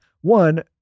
One